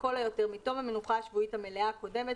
לכל היותר מתום המנוחה השבועית המלאה הקודמת